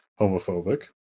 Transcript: homophobic